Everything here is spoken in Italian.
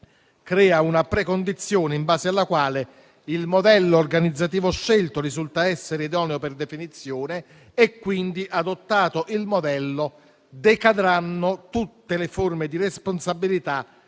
crea una precondizione in base alla quale il modello organizzativo scelto risulta essere idoneo per definizione e quindi, adottato il modello, decadranno tutte le forme di responsabilità